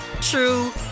true